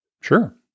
Sure